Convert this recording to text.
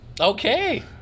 Okay